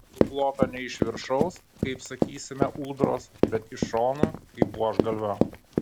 suplota ne iš viršaus kaip sakysime ūdros bet iš šonų kaip buožgalvio